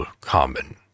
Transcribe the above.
common